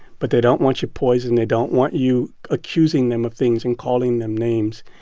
but they don't want you poisoned. they don't want you accusing them of things and calling them names.